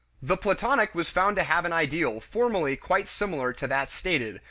the platonic was found to have an ideal formally quite similar to that stated,